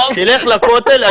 תלך לכותל,